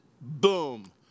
boom